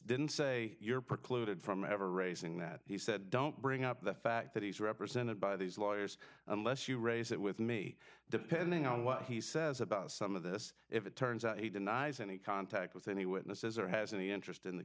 didn't say you're precluded from ever raising that he said don't bring up the fact that he's represented by these lawyers unless you raise it with me depending on what he says about some of this if it turns out he denies any contact with any witnesses or has any interest in th